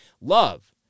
Love